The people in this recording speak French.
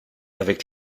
avec